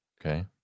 Okay